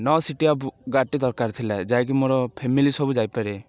ନଅ ସିଟିଆ ବୁ ଗାଡ଼ିଟି ଦରକାର ଥିଲା ଯାହାକି ମୋର ଫ୍ୟାମିଲି ସବୁ ଯାଇପାରେିବେ